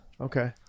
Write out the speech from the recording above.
Okay